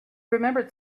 remembered